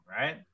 right